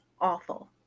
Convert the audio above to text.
awful